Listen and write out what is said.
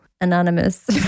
Anonymous